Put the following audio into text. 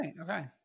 Okay